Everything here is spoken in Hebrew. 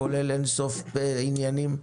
כולל אין-סוף עניינים.